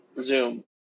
Zoom